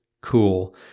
Cool